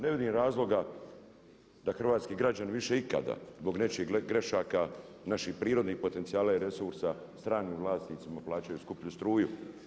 Ne vidim razloga da hrvatski građani više ikada zbog nečijih grešaka, naših prirodnih potencijala i resursa stranim vlasnicima plaćaju skuplju struju.